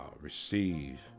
receive